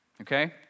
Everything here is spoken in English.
okay